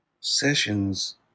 sessions